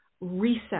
reset